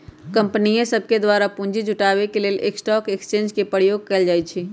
कंपनीय सभके द्वारा पूंजी जुटाबे के लेल स्टॉक एक्सचेंज के प्रयोग कएल जाइ छइ